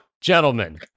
Gentlemen